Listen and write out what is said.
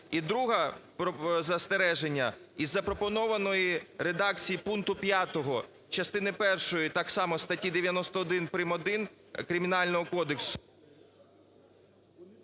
І друге застереження. Із запропонованої редакції пункту 5 частини першої, так само статті 91 прим.1 Кримінального кодексу…